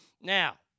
Now